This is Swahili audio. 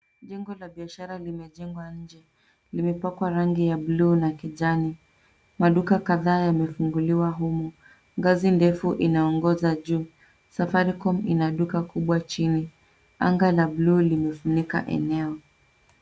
Jengo la biashara limejengwa nje. Limepakwa rangi ya blue na kijani. Maduka kadhaa yamefunguliwa humu. Ngazi ndefu inaongoza juu. Safaricom ina duka kubwa chini. Anga la blue limefunika eneo.